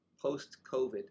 post-covid